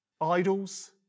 Idols